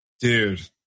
Dude